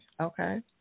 Okay